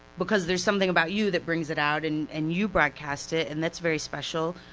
because there's something about you that brings it out, and and you broadcast it, and that's very special,